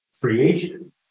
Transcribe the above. creation